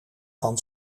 van